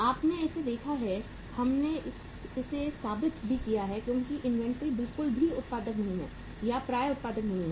आपने इसे देखा है हमने इसे साबित भी किया है क्योंकि इन्वेंट्री बिल्कुल भी उत्पादक नहीं है या प्राप्यउत्पादक नहीं हैं